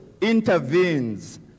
intervenes